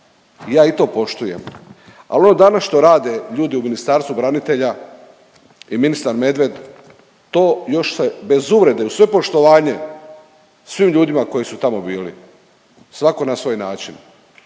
Ja i to poštujem, ali ono danas što rade ljudi u Ministarstvu branitelja i ministar Medved to još se bez uvrede uz sve poštovanje svim ljudima koji su tamo bili, svatko na svoj način